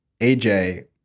AJ